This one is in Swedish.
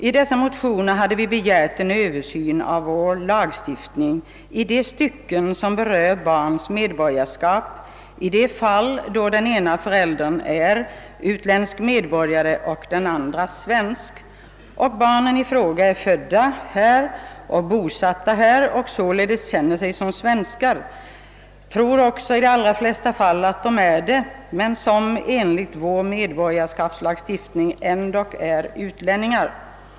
I dessa motioner hade vi begärt en översyn av vår lagstiftning i de stycken som rör barns medborgarskap i de fall då den ena föräldern är utländsk medborgare och den andre svensk samt barnen i fråga är födda och bosatta här och sålunda känner sig som svenskar — de tror också i de allra flesta fall att de är det — men enligt vår medborgarrättslagstiftning är de ändå utlänningar.